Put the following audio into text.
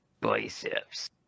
Biceps